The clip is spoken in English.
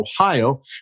Ohio